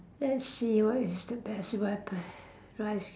let's see what is the best weapon what is